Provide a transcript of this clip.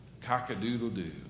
Cock-a-doodle-doo